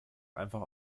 einfach